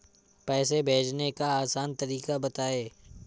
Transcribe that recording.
पैसे भेजने का आसान तरीका बताए?